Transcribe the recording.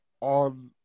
on